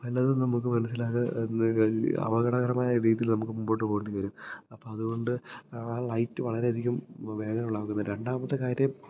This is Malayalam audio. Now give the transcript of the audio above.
പലതും നമുക്ക് മനസിലാകാന് അപകടകരമായ രീതിയിൽ നമുക്ക് മുമ്പോട്ട് പോകണ്ടി വരും അപ്പം അത്കൊണ്ട് ലൈറ്റ് വളരെയധികം വേദന ഉളവാക്കുന്നു രണ്ടാമത്തെ കാര്യം